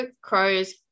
Crows